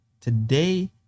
today